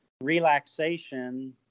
relaxation